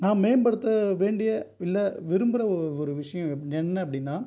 நான் மேம்படுத்த வேண்டிய இல்லை விரும்புகிற ஒரு விஷயம் என்ன அப்படின்னால்